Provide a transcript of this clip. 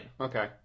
Okay